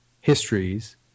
histories